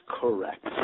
correct